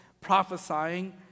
prophesying